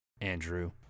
Andrew